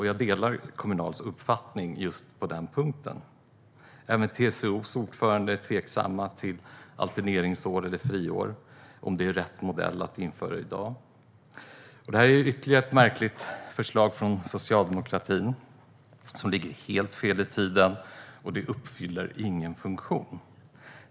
Jag delar Kommunals uppfattning just på denna punkt. Även TCO:s ordförande är tveksam till alterneringsår, eller friår, och om det är rätt modell att införa i dag. Detta är ytterligare ett märkligt förslag från socialdemokratin som ligger helt fel i tiden, och det fyller ingen funktion.